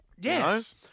Yes